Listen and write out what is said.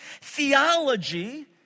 Theology